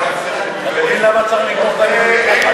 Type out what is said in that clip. אתה מבין למה צריך, ?